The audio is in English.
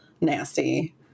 nasty